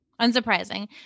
Unsurprising